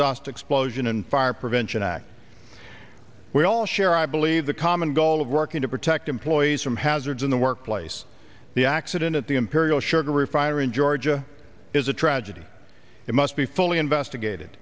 dust explosion and fire prevention act we all share i believe the common goal of working to protect employees from hazards in the workplace the accident at the imperial sugar refinery in georgia is a tragedy it must be fully investigated